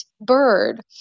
bird